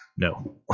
No